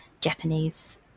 Japanese